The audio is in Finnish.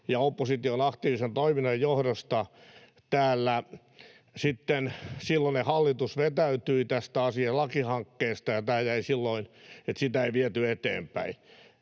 ja opposition aktiivisen toiminnan johdosta täällä sitten silloinen hallitus vetäytyi tästä lakihankkeesta, ja sitä ei viety eteenpäin.